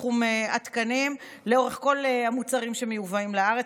בתחום התקנים בכל המוצרים שמיובאים לארץ,